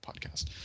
podcast